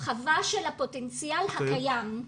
הרחבה של הפוטנציאל הקיים,